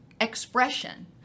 expression